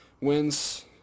wins